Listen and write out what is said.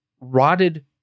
rotted